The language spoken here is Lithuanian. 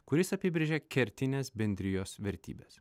kuris apibrėžia kertines bendrijos vertybes